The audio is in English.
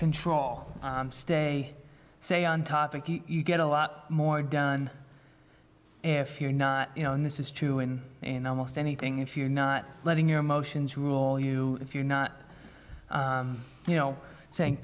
control they say on top and you get a lot more done if you're not you know and this is true and in almost anything if you're not letting your emotions rule you if you're not you know sayin